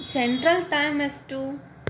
central time ಎಷ್ಟು